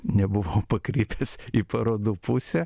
nebuvau pakrypęs į parodų pusę